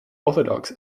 orthodox